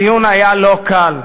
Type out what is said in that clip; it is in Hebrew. הדיון היה לא קל,